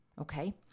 Okay